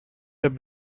have